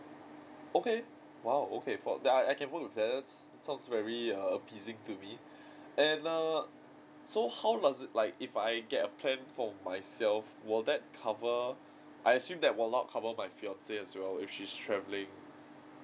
okay !wow! okay for I I can work with that's sounds very err pleasing to me and err so how does it like if I get a plan for myself would that cover I assume that would not cover my fiancee as well if she's travelling